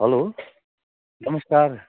hello नमस्कार